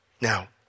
Now